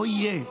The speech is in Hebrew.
לא יהיה.